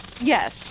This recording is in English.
Yes